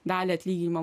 dalį atlyginimo